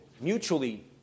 mutually